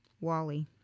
wally